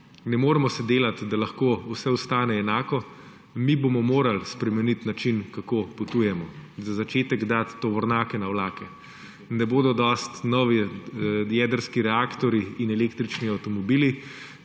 Ne moremo se delati, da lahko vse ostane enako. Mi bomo morali spremeniti način, kako potujemo. Za začetek dati tovornjake na vlake. Ne bodo dovolj novi jedrski reaktorji in električni avtomobili,